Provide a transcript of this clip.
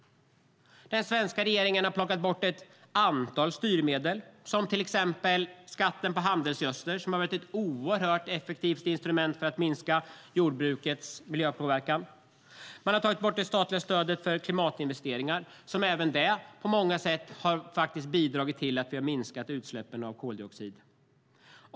Den svenska regeringen har plockat bort ett antal styrmedel, till exempel skatten på handelsgödsel, som har varit ett oerhört effektivt instrument för att minska jordbrukets miljöpåverkan. Man har tagit bort det statliga stödet för klimatinvesteringar, som även det på många sätt har bidragit till att vi har minskat utsläppen av koldioxid.